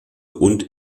und